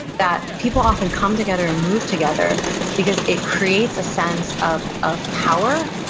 that people often come together and move together because it creates a sense of of power,